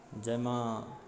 जाहिमे